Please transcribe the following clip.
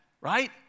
right